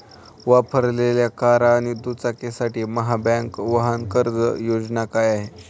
वापरलेल्या कार आणि दुचाकीसाठी महाबँक वाहन कर्ज योजना काय आहे?